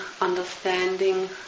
understanding